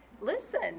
listen